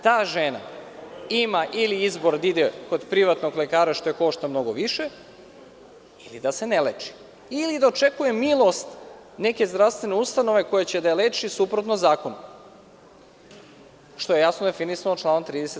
Ta žena ima izbor ili da ide kod privatnog lekara, što je košta mnogo više, ili da se ne leči, ili da očekuje milost neke zdravstvene ustanove koja će da je leči suprotno zakonu, što je jasno definisano članom 30.